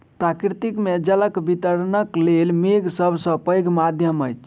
प्रकृति मे जलक वितरणक लेल मेघ सभ सॅ पैघ माध्यम अछि